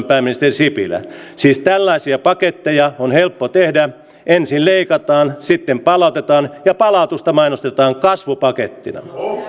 pääministeri sipilä siis tällaisia paketteja on helppo tehdä ensin leikataan sitten palautetaan ja palautusta mainostetaan kasvupakettina